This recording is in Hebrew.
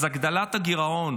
אז הגדלת הגירעון